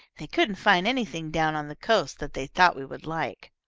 they couldn't find anything down on the coast that they thought we would like.